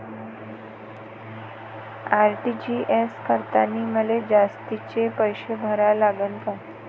RTGS करतांनी मले जास्तीचे पैसे भरा लागन का?